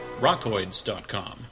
rockoids.com